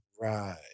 Right